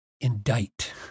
indict